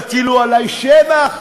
יטילו עלי מס שבח?